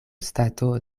stato